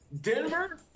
Denver